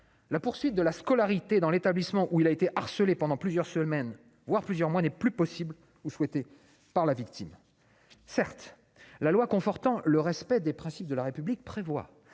la poursuite de la scolarité dans l'établissement où il a été harcelé pendant plusieurs semaines, voire plusieurs mois, n'est pas possible ou pas souhaitée par la victime. Certes, la loi confortant le respect des principes de la République prévoit